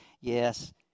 Yes